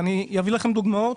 ואני אביא לכם דוגמאות